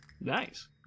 Nice